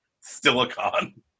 silicon